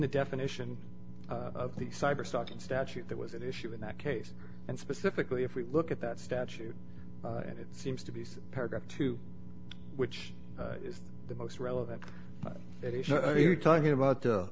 the definition of the cyberstalking statute that was an issue in that case and specifically if we look at that statute and it seems to be a paragraph or two which is the most relevant if you're talking about